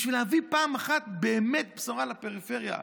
בשביל להביא פעם אחת באמת בשורה לפריפריה,